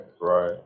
right